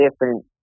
different